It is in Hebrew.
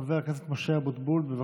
חבר הכנסת משה אבוטבול, בבקשה.